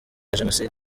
jenoside